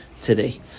today